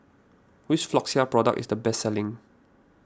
which Floxia product is the best selling